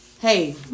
Hey